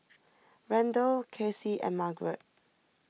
Randall Casey and Margaret